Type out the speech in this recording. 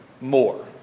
more